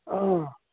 ꯑꯥ